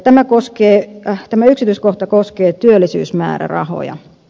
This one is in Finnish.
tämä yksityiskohta koskee työllisyysmäärärahoja